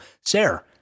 sarah